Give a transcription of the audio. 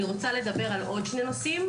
אני רוצה לדבר על עוד שני נושאים,